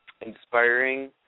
Inspiring